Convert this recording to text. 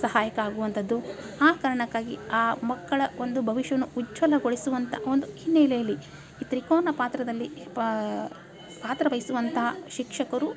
ಸಹಾಯಕ ಆಗುವಂಥದ್ದು ಆ ಕಾರಣಕ್ಕಾಗಿ ಆ ಮಕ್ಕಳ ಒಂದು ಭವಿಷ್ಯವನ್ನು ಉಜ್ವಲಗೊಳಿಸುವಂಥ ಒಂದು ಹಿನ್ನೆಲೆಯಲ್ಲಿ ಈ ತ್ರಿಕೋನ ಪಾತ್ರದಲ್ಲಿ ಪಾತ್ರವಹಿಸುವಂತಹ ಶಿಕ್ಷಕರು